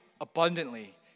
abundantly